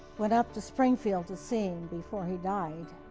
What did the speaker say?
went up to springfield to see him before he died.